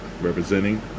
representing